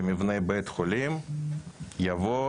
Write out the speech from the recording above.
הם גם פוגעניים ומרחיקים ציבורים שלמים מהיהדות,